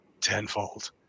tenfold